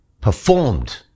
performed